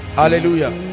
hallelujah